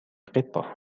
قطة